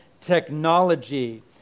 technology